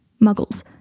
muggles